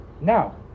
Now